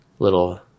Little